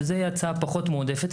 שזו ההצעה הפחות מועדפת,